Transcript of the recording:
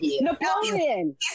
Napoleon